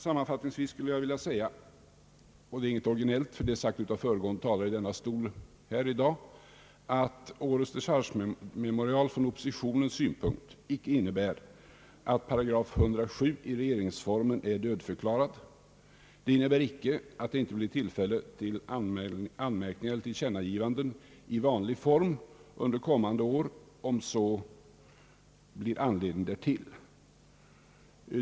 Sammanfattningsvis ber jag att få säga — och det är ingenting originellt, det är sagt av föregående talare här i dag — att förhållandet i år inte innebär att § 107 i regeringsformen är dödförklarad och att det från oppositionens synpunkt inte skulle bli tillfälle till anmärkningar eller tillkännagivanden i vanlig ordning under kommande år, om anledning föreligger.